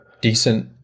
decent